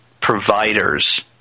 providers